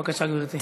בבקשה, גברתי.